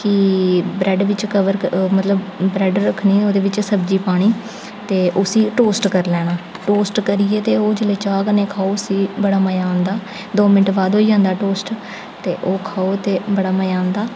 कि ब्रेड बिच कवर मतलब ब्रेड रखनी ओह्दे बिच सब्ज़ी पानी ते उसी टोस्ट करी लैना टोस्ट करियै ते ओह् जेल्लै चाह् कन्नै खाओ उसी बड़ा मज़ा आंदा दो मिंट बाद होई जंदा टोस्ट ते ओह् खाओ ते बड़ा मज़ा आंदा